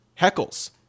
heckles